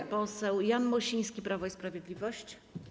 Pan poseł Jan Mosiński, Prawo i Sprawiedliwość.